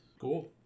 Cool